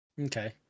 Okay